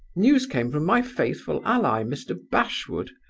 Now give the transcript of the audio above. news came from my faithful ally, mr. bashwood,